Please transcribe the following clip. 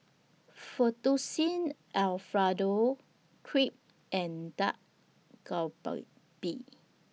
Fettuccine Alfredo Crepe and Dak Galbi